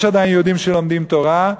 יש עדיין יהודים שלומדים תורה,